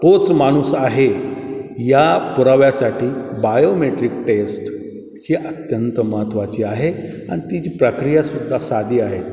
तोच माणूस आहे या पुराव्यासाठी बायोमेट्रिक टेस्ट ही अत्यंत महत्त्वाची आहे आणि तिची प्रक्रियासुद्धा साधी आहे